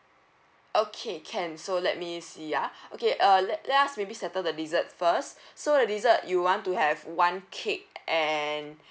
okay can so let me see ah okay uh let let us maybe settle the desserts first so the dessert you want to have one cake and